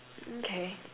okay